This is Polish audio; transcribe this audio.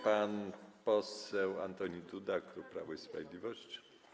Pan poseł Antoni Duda, klub Prawo i Sprawiedliwość.